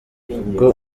ubwo